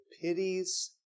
pities